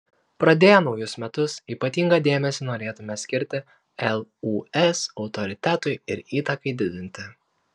pradėję naujus metus ypatingą dėmesį norėtumėme skirti lūs autoritetui ir įtakai didinti